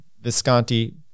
Visconti